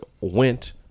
went